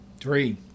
Three